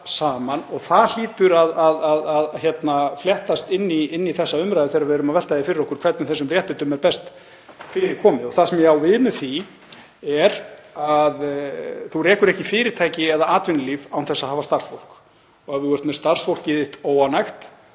saman. Það hlýtur að fléttast inn í þessa umræðu þegar við erum að velta fyrir okkur hvernig þessum réttindum er best fyrir komið. Það sem ég á við með því er að þú rekur ekki fyrirtæki eða atvinnulíf án þess að hafa starfsfólk og ef þú ert með starfsfólkið þitt óánægt